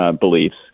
beliefs